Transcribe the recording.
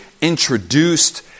introduced